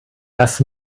das